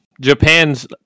Japan's